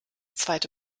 zweite